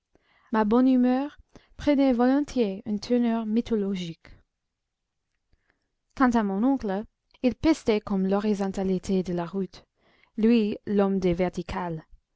ma bonne humeur prenait volontiers une tournure mythologique quant à mon oncle il pestait contre l'horizontalité de la route lui l'homme des verticales